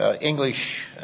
English